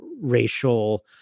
racial